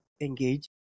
engage